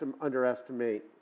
underestimate